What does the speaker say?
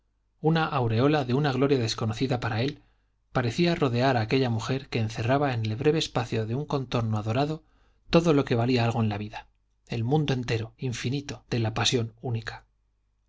una aureola de una gloria desconocida para él parecía rodear a aquella mujer que encerraba en el breve espacio de un contorno adorado todo lo que valía algo en la vida el mundo entero infinito de la pasión única